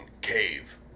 cave